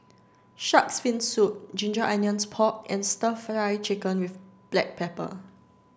shark's fin soup ginger onions pork and stir fry chicken with black pepper